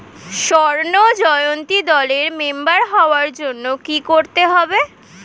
স্বর্ণ জয়ন্তী দলের মেম্বার হওয়ার জন্য কি করতে হবে?